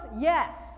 yes